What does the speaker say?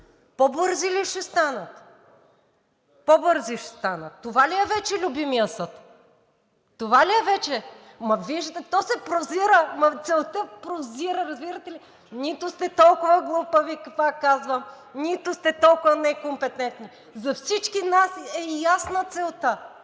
по-бързи ли ще станат? (Реплики.) По-бързи ще станат – това ли е вече любимият съд? Това ли е вече? То се прозира. Целта прозира, разбирате ли? Нито сте толкова глупави, пак казвам, нито сте толкова некомпетентни. За всички нас е ясна целта.